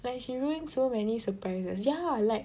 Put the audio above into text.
like she ruin so many surprises ya like